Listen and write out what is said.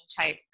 type